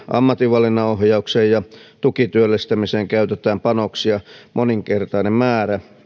ammatinvalinnanohjaukseen ja tukityöllistämiseen käytetään panoksia moninkertainen määrä